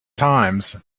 times